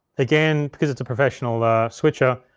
again, because it's a professional switcher,